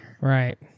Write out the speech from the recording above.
Right